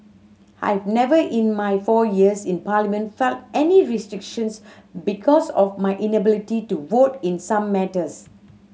I've never in my four years in Parliament felt any restrictions because of my inability to vote in some matters